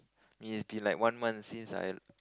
may has been like one month since I